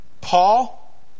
Paul